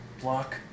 block